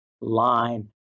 line